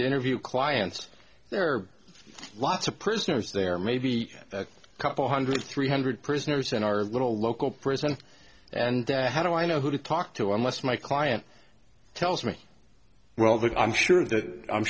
interview clients there are lots of prisoners there may be a couple hundred three hundred prisoners in our little local prison and how do i know who to talk to unless my client tells me well that i'm sure that i'm